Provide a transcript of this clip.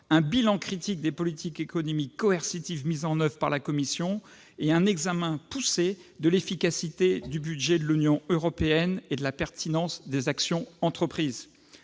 un bilan critique des politiques économiques coercitives mises en oeuvre par la Commission et un examen poussé de l'efficacité du budget de l'Union européenne ainsi que de la pertinence des actions entreprises.